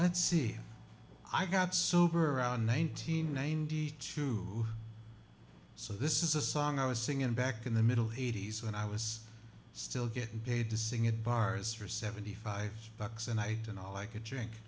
i'd see i got sober around nineteen ninety two so this is a song i was singing back in the middle eighty's when i was still getting paid to sing at bars for seventy five bucks a night and all i could drink